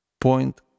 Point